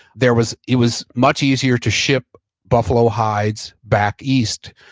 there was, it was much easier to ship buffalo hides back east.